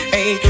Hey